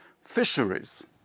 Fisheries